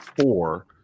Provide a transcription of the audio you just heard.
four